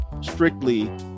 strictly